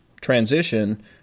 transition